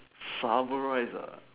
summarize